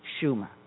Schumer